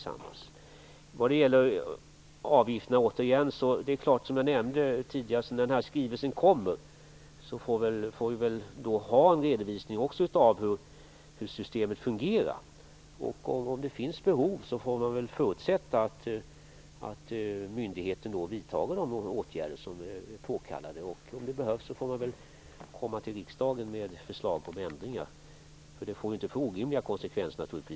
Som jag tidigare nämnde när det gäller avgifterna får vi göra en redovisning av hur systemet fungerat när skrivelsen kommer. Om det finns behov får vi förutsätta att myndigheten vidtar de åtgärder som är påkallade. Om det behövs får man väl inkomma till riksdagen med förslag på ändringar. Konsekvenserna får naturligtvis inte bli orimliga.